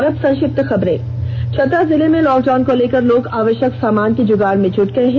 और अब संक्षिप्त खबरें चतरा जिले में लॉकडाउन को लेकर लोग आवष्यक सामान की जुगाड़ में जुट गये हैं